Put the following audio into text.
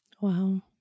Wow